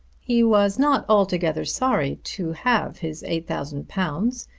he was not altogether sorry to have his eight thousand pounds,